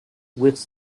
with